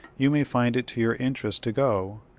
you may find it to your interest to go.